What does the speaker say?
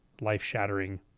life-shattering